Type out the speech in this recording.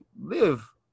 live